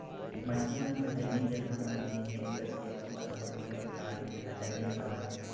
मनखे मन ह जमीन जघा म निवेस करथे ओमन ह कोनो परकार ले घाटा नइ खावय